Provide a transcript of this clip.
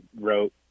wrote